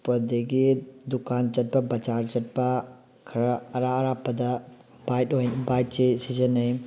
ꯑꯗꯒꯤ ꯗꯨꯀꯥꯟ ꯆꯠꯄ ꯕꯖꯥꯔ ꯆꯠꯄ ꯈꯔ ꯑꯔꯥꯞ ꯑꯔꯥꯞꯄꯗ ꯕꯥꯏꯛ ꯕꯥꯏꯛꯁꯤ ꯁꯤꯖꯤꯟꯅꯩ